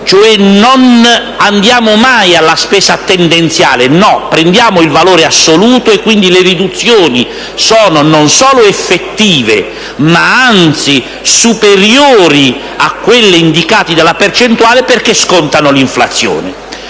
riferimento alla spesa tendenziale, ma consideriamo il valore assoluto, quindi le riduzioni sono non solo effettive, ma anzi superiori a quelle indicate dalla percentuale, perché scontano l'inflazione.